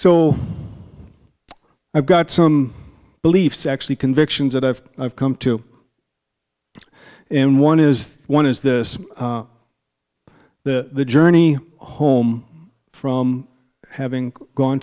so i've got some beliefs actually convictions that i've i've come to and one is one is this the journey home from having gone